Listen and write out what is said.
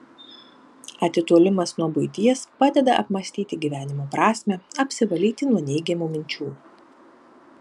atitolimas nuo buities padeda apmąstyti gyvenimo prasmę apsivalyti nuo neigiamų minčių